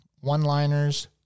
one-liners